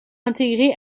intégré